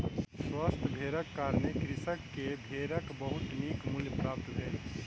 स्वस्थ भेड़क कारणें कृषक के भेड़क बहुत नीक मूल्य प्राप्त भेलै